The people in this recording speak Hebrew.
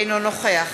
אינו נוכח